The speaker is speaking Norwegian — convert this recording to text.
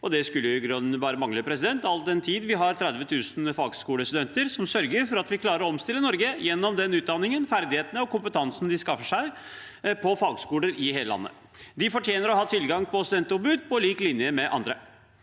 Det skulle i grunnen bare mangle, all den tid vi har 30 000 fagskolestudenter som sørger for at vi klarer å omstille Norge gjennom den utdanningen, de ferdighetene og den kompetansen de skaffer seg på fagskoler i hele landet. De fortjener å ha tilgang på studentombud på lik linje med andre.